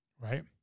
Right